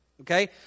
okay